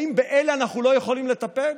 האם באלה אנחנו לא יכולים לטפל?